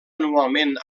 anualment